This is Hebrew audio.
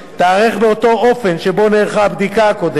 תיערך באותו האופן שבו נערכה הבדיקה הקודמת.